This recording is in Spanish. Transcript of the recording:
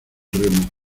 remo